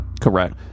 Correct